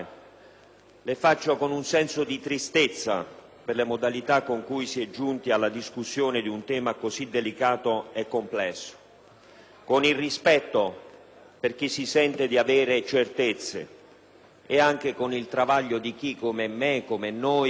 Le svolgo con un senso di tristezza per le modalità con cui si è giunti alla discussione di un tema così delicato e complesso, con il rispetto per chi si sente di avere certezze e anche con il travaglio di chi, come me, come noi,